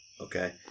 Okay